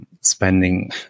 spending